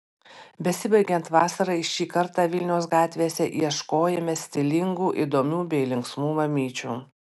besibaigiant vasarai šį kartą vilniaus gatvėse ieškojime stilingų įdomių bei linksmų mamyčių